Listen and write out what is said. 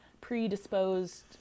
predisposed